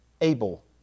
able